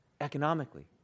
economically